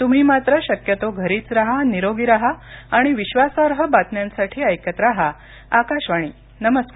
तुम्ही मात्र शक्यतो घरीच राहा निरोगी राहा आणि विश्वासार्ह बातम्यांसाठी ऐकत राहा आकाशवाणी नमस्कार